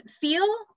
feel